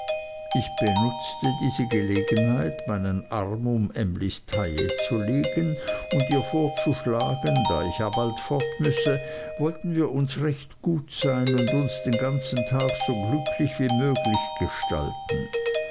ich benutzte diese gelegenheit meinen arm um emlys taille zu legen und ihr vorzuschlagen da ich ja bald fort müsse wollten wir uns recht gut sein und uns den ganzen tag so glücklich wie möglich gestalten